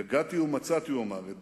יגעתי ומצאתי," הוא אמר, "את